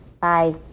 Bye